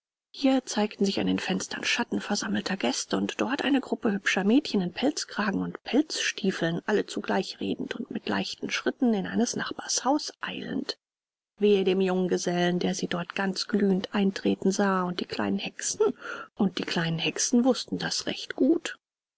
hier zeigten sich an den fenstern schatten versammelter gäste und dort eine gruppe hübscher mädchen in pelzkragen und pelzstiefeln alle zugleich redend und mit leichten schritten in eines nachbars haus eilend wehe dem junggesellen der sie dort ganz glühend eintreten sah und die kleinen hexen wußten das recht gut